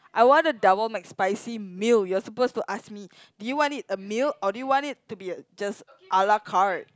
I want a double McSpicy meal you're supposed to ask me do you want it a meal or do you want it to be a just ala-carte